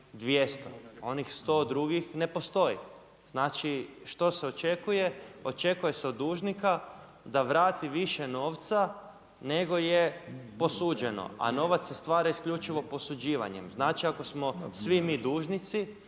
200. Onih 100 drugih ne postoji. Znači, što se očekuje? Očekuje se od dužnika da vrati više novca nego je posuđeno, a novac se stvara isključivo posuđivanjem. Znači ako smo svi mi dužnici